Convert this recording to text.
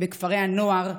בכפרי הנוער,